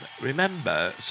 remember